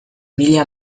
mila